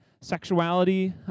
sexuality